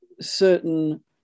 certain